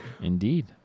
Indeed